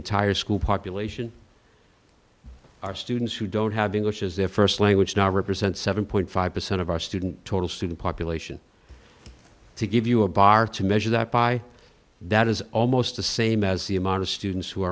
entire school population our students who don't have english as their first language now represent seven point five percent of our student total student population to give you a bar to measure that by that is almost the same as the amount of students who